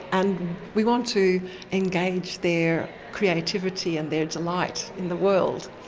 and we want to engage their creativity and their delight in the world.